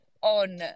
on –